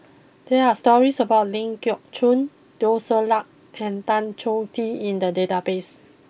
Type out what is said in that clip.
there are stories about Ling Geok Choon Teo Ser Luck and Tan Choh Tee in the database